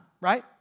Right